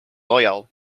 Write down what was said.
loyal